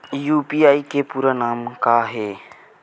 UPI के पूरा नाम का ये?